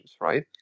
right